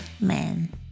Man